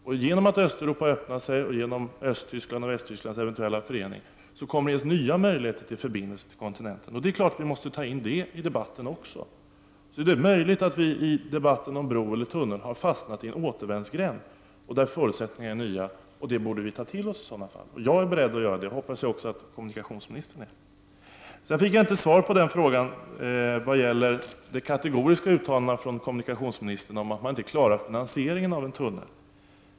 Genom att Östeuropa öppnade sig och genom Östtysklands och Västtysklands eventuella förening kommer det att ges nya möjligheter till förbindelser till kontinenten. Dessa aspekter måste vi självfallet också ta in i debatten. Det är möjligt att vi i debatten om bron eller tunneln har fastnat i en återvändsgränd. Förutsättningarna är nya. Det borde vi i så fall ta till oss. Jag är beredd att göra det, och jag hoppas att kommunikationsministern också är det. Jag fick inte svar på frågan som gällde kommunikationsministerns kategoriska uttalanden om att man inte klarar finansieringen av en tunnel.